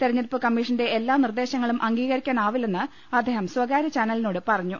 തെരഞ്ഞെടുപ്പു കമ്മീഷന്റെ എല്ലാ നിർദ്ദേശങ്ങളും അംഗീകരിക്കാനാവില്ലെന്ന് അദ്ദേഹം സ്വകാര്യ ചാനലിനോട് പറഞ്ഞു